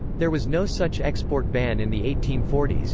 there was no such export ban in the eighteen forty s.